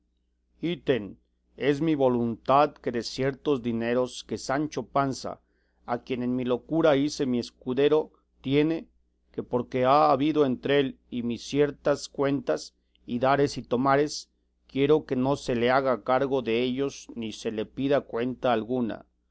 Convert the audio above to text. ítem es mi voluntad que de ciertos dineros que sancho panza a quien en mi locura hice mi escudero tiene que porque ha habido entre él y mí ciertas cuentas y dares y tomares quiero que no se le haga cargo dellos ni se le pida cuenta alguna